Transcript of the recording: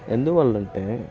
ఎందువలన అంటే